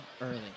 early